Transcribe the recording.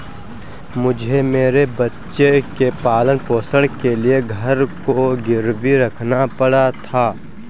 मुझे मेरे बच्चे के पालन पोषण के लिए घर को गिरवी रखना पड़ा था